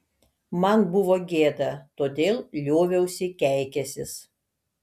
man buvo gėda todėl lioviausi keikęsis